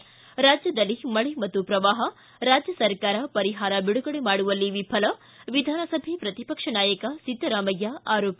ಿ ರಾಜ್ಯದಲ್ಲಿ ಮಳೆ ಮತ್ತು ಪ್ರವಾಹ ರಾಜ್ಯ ಸರ್ಕಾರ ಪರಿಹಾರ ಬಿಡುಗಡೆ ಮಾಡುವಲ್ಲಿ ವಿಫಲ ವಿಧಾನಸಭೆ ಪ್ರತಿಪಕ್ಷ ನಾಯಕ ಸಿದ್ದರಾಮಯ್ಯ ಆರೋಪ